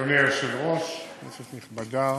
אדוני היושב-ראש, כנסת נכבדה,